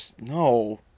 No